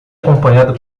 acompanhado